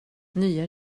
nya